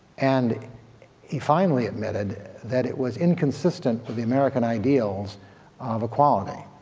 and he finally admitted that it was inconsistent with the american ideals of equality.